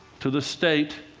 to the state,